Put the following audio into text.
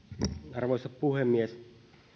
arvoisa puhemies